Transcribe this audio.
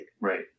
Right